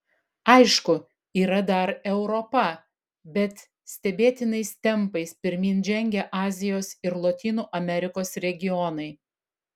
aišku yra dar europa bet stebėtinais tempais pirmyn žengia azijos ir lotynų amerikos regionai